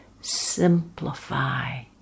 Simplify